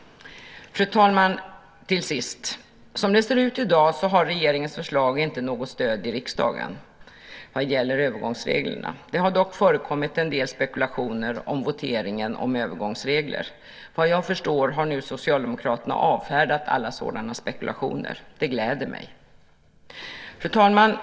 Fru talman! Som det ser ut i dag har regeringens förslag inte något stöd i riksdagen vad gäller övergångsreglerna. Det har dock förekommit en del spekulationer om voteringen om övergångsregler. Vad jag förstår har nu socialdemokraterna avfärdat alla sådana spekulationer. Det gläder mig. Fru talman!